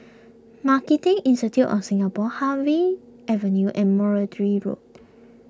Marketing Institute of Singapore Harvey Avenue and Road